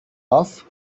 off